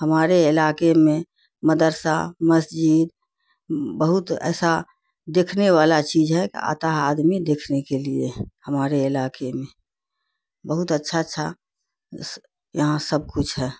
ہمارے علاقے میں مدرسہ مسجد بہت ایسا دیکھنے والا چیز ہے کہ آتا ہے آدمی دیکھنے کے لیے ہمارے علاقے میں بہت اچھا اچھا یہاں سب کچھ ہے